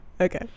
okay